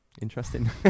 Interesting